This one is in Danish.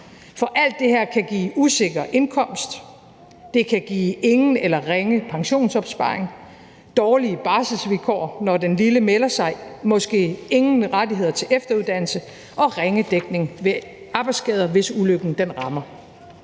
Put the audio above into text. For alt det her kan give usikker indkomst, og det kan give ingen eller ringe pensionsopsparing, dårlige barselsvilkår, når den lille melder sig, måske ingen rettigheder til efteruddannelse og ringe dækning ved arbejdsskader, hvis ulykken rammer.